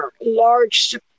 large